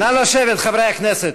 נא לשבת, חברי הכנסת.